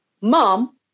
mom